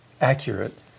accurate